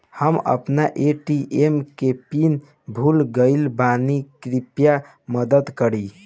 हम आपन ए.टी.एम के पीन भूल गइल बानी कृपया मदद करी